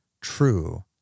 true